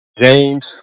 James